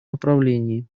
направлении